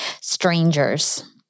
strangers